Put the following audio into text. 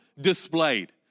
displayed